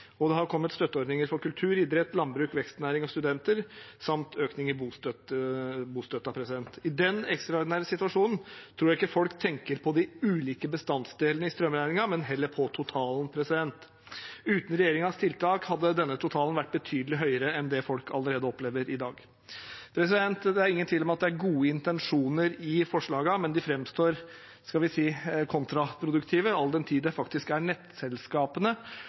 og det har kommet støtteordninger for kultur, idrett, landbruk, vekstnæring og studenter samt økning i bostøtten. I den ekstraordinære situasjonen tror jeg ikke folk tenker på de ulike bestanddelene i strømregningen, men heller på totalen. Uten regjeringens tiltak hadde denne totalen vært betydelig høyere enn det folk allerede opplever i dag. Det er ingen tvil om at det er gode intensjoner i forslagene, men de framstår, skal vi si, kontraproduktive, all den tid det faktisk er nettselskapene